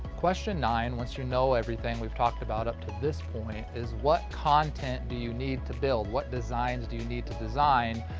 question nine, once you know everything we're talked about up to this point is what content do you need to build, what designs do you need to design,